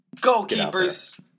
Goalkeepers